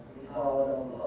home